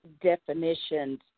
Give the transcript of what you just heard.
definitions